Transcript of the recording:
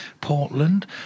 portland